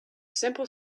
simple